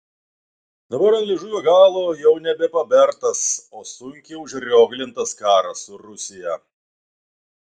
dabar ant liežuvio galo jau nebe pabertas o sunkiai užrioglintas karas su rusija